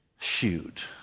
shoot